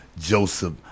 Joseph